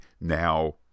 now